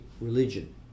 religion